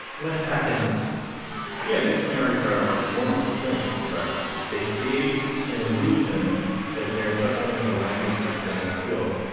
when in fact they're not yeah. dictionaries are wonderful things, but they create an illusion that there's such thing as a language that stands still,